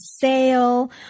sale